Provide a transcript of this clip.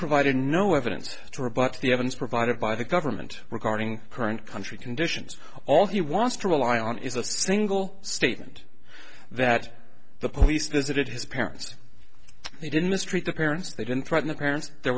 provided no evidence to rebut the evidence provided by the government regarding current country conditions all he wants to rely on is a single statement that the police visited his parents they didn't mistreat the parents they didn't threaten the parents there